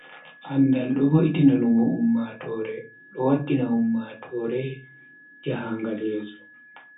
Andaal do vo'itina numo ummagtoore, do waddina ummatoore jahangal yeso.